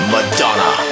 Madonna